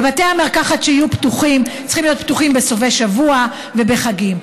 ובתי המרקחת שיהיו פתוחים צריכים להיות פתוחים בסופי שבוע ובחגים.